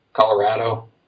Colorado